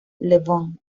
lebón